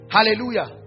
Hallelujah